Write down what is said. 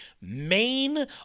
main